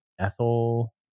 Ethel